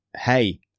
hey